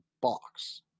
box